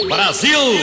Brasil